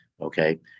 Okay